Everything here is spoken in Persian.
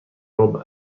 ربع